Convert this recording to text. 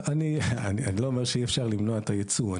אני לא אומר שאי אפשר למנוע את הייצוא.